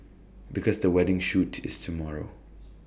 because the wedding shoot is tomorrow